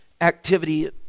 activity